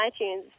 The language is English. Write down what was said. iTunes